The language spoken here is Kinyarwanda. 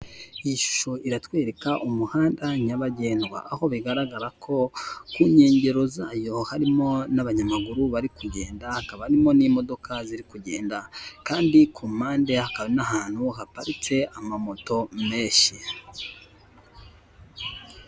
Iyi shusho iratwereka umuhanda nyabagendwa. Aho bigaragara ko ku nkengero zayo harimo n'abanyamaguru bari kugenda, hakaba harimo n'imodoka ziri kugenda. Kandi ku mpande hakaba n'ahantu haparitse amamoto menshi.